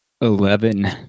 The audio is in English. Eleven